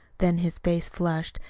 then his face flushed,